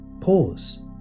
pause